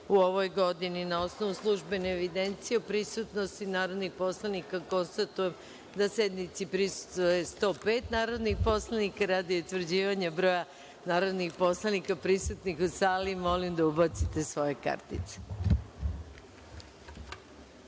u ovoj godini. Na osnovu službene evidencije o prisutnosti narodnih poslanika, konstatujem da sednici prisustvuje 105 narodnih poslanika. Radi utvrđivanja broja narodnih poslanika prisutnih u sali, molim narodne poslanike